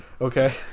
Okay